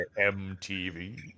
MTV